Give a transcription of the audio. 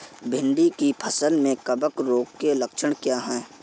भिंडी की फसल में कवक रोग के लक्षण क्या है?